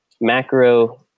macro